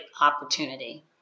opportunity